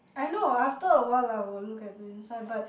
I know after awhile I will look at the inside but